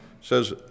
says